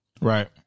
right